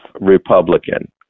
Republican